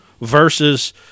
versus